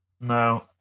No